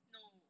no